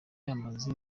amaze